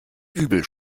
übel